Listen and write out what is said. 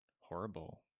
horrible